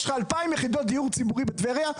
יש לך 2,000 יחידות דיור ציבורי בטבריה,